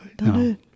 No